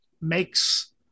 makes